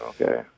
Okay